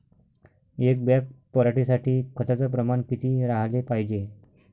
एक बॅग पराटी साठी खताचं प्रमान किती राहाले पायजे?